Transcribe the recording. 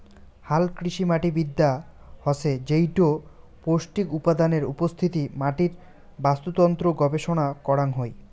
হালকৃষিমাটিবিদ্যা হসে যেইটো পৌষ্টিক উপাদানের উপস্থিতি, মাটির বাস্তুতন্ত্র গবেষণা করাং হই